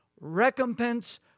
recompense